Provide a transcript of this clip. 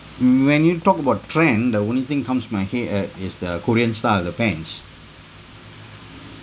mm when you talk about trend the only thing comes to my head eh is the korean style the pants